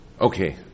Okay